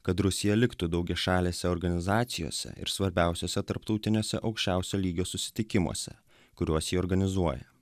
kad rusija liktų daugiašalėse organizacijose ir svarbiausiuose tarptautiniuose aukščiausio lygio susitikimuose kuriuos jie organizuoja